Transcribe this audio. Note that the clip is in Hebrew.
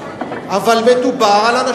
אבל מדובר על,